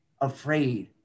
afraid